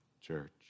church